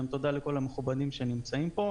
גם תודה לכל המכובדים שנמצאים כאן.